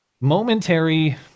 momentary